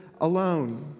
alone